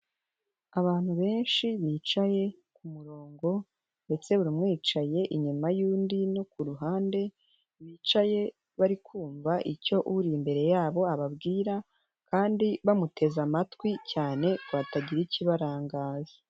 Abantu benshi bicaye ku murongo ndetse buri umwe yicaye inyuma y'undi no ku ruhande, bicaye bari kumva icyo uri imbere yabo ababwira kandi bamuteze amatwi cyane ngo hatagira ikibarangaza.